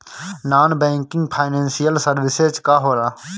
Non banking financial services का होला?